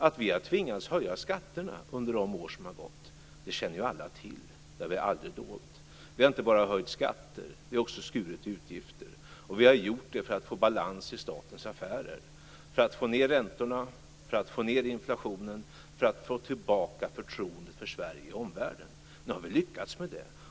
Att vi har tvingats höja skatterna under de år som har gått känner alla till. Det har vi aldrig dolt. Vi har inte bara höjt skatter. Vi har också skurit i utgifter. Vi har gjort det för att få balans i statens affärer, för att få ned räntorna, för att få ned inflationen och för att få tillbaka förtroendet för Sverige i omvärlden. Nu har vi lyckats med det.